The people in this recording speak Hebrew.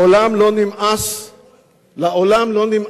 לעולם לא נמאס מאתנו.